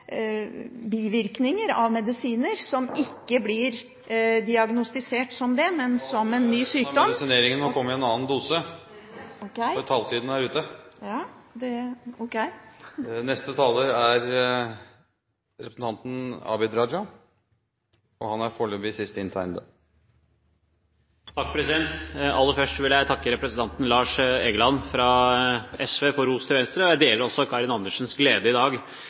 bivirkninger av medisiner som ikke blir diagnostisert som det, men som ny sykdom … Da tror jeg resten av medisineringen må komme i en annen dose, for taletiden er ute. Aller først vil jeg takke representanten Lars Egeland fra SV for ros til Venstre. Jeg deler også Karin Andersens glede i dag